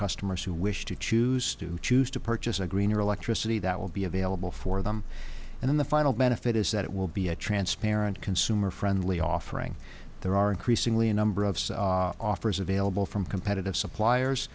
customers who wish to choose to choose to purchase a greener electricity that will be available for them and then the final benefit is that it will be a transparent consumer friendly offering there are increasingly a number of offers available from competitive